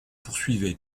poursuivait